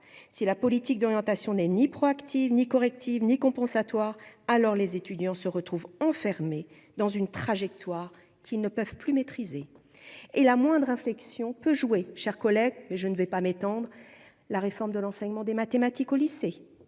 si la politique d'orientation n'est ni proactive ni correctives ni compensatoires alors les étudiants se retrouvent enfermés dans une trajectoire qui ne peuvent plus maîtriser et la moindre inflexion peut jouer, chers collègues, mais je ne vais pas m'étendre la réforme de l'enseignement des mathématiques au lycée,